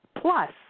Plus